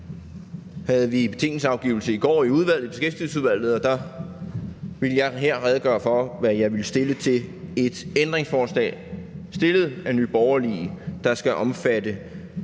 havde vi betænkningsafgivelse i går i Beskæftigelsesudvalget, og jeg ville her redegøre for, hvad jeg ville stemme til et ændringsforslag stillet af Nye Borgerlige, der skal omfatte,